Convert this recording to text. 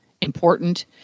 important